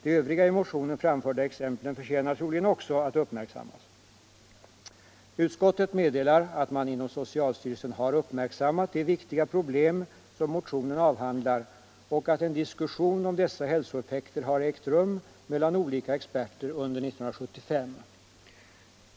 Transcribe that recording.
De övriga i motionen framförda exemplen förtjänar troligen också att uppmärksammas. Utskottet meddelar att man inom socialstyrelsen har uppmärksammat det viktiga problem som motionen avhandlar och att en diskussion om dessa hälsoeffekter har ägt rum mellan olika experter under 1975.